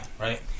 right